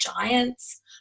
giants